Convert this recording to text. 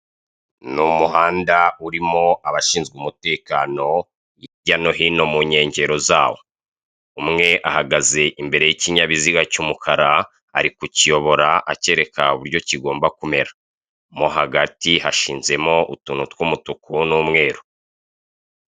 Ni umuhanda urimo abashinzwe umutekano, hirya no hino mu nkengero zawo. Umwe ahagaze imbere y'ikinyabiziga cy'umukara, ari kukiyobora akereka ubryo kigomba kumera, mo hagati hashinzemo utuntu tw'umutuku n'umweru.